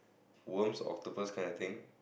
worms octopus kind of thing